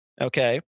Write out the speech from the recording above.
okay